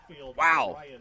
Wow